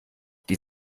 die